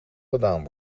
gedaan